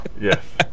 yes